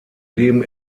leben